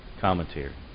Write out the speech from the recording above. commentary